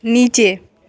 नीचे